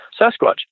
Sasquatch